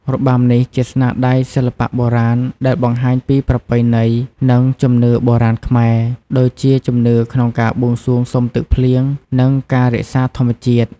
របាំនេះជាស្នាដៃសិល្បៈបុរាណ ដែលបង្ហាញពីប្រពៃណី និង ជំនឿបុរាណខ្មែរ ដូចជាជំនឿក្នុងការបួងសួងសុំទឹកភ្លៀង និង ការរក្សាធម្មជាតិ។